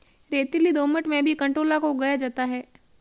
रेतीली दोमट में भी कंटोला को उगाया जाता है